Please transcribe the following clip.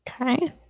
Okay